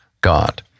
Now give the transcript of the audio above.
God